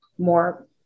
more